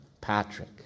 Patrick